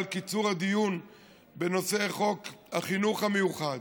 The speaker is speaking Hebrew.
קיצור הדיון בנושא חוק החינוך המיוחד,